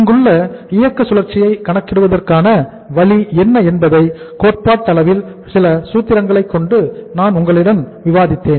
இங்குள்ள இயக்க சுழற்சியை கணக்கிடுவதற்கான வழி என்ன என்பதை கோட்பாட்டளவில் சில சூத்திரங்களை கொண்டு நான் உங்களுடன் விவாதித்தேன்